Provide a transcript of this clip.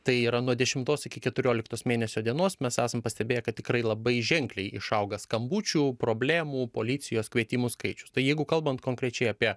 tai yra nuo dešimtos iki keturioliktos mėnesio dienos mes esam pastebėję kad tikrai labai ženkliai išauga skambučių problemų policijos kvietimų skaičius tai jeigu kalbant konkrečiai apie